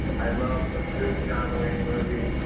i love a good john wayne movie.